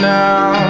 now